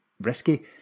risky